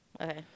Okay